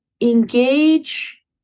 engage